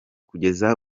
kugeza